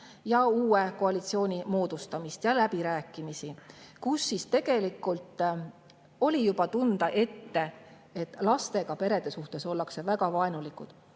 ja uue koalitsiooni moodustamist ja läbirääkimisi, kus tegelikult oli juba ette tunda, et lastega perede suhtes ollakse väga vaenulikud.